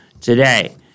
today